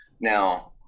Now